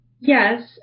Yes